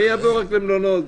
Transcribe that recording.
מי יבוא רק למלונות?